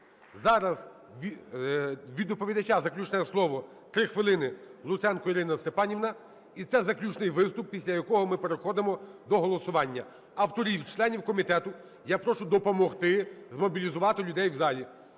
Зараз від доповідача заключне слово 3 хвилини, Луценко Ірина Степанівна. І це заключний виступ, після якого ми переходимо до голосування. Авторів і членів комітету я прошу допомогти змобілізувати людей в залі.